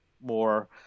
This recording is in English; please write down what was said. more